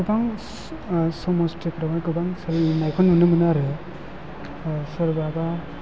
गोबां समस्थिफोरावहाय गोबां सोलोंनायखौ नुनो मोनो आरो सोरबाबा